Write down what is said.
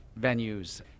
venues